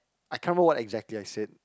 I can't remember what exactly I said